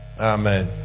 Amen